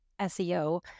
SEO